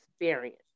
experience